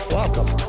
Welcome